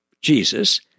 Jesus